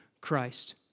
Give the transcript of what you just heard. Christ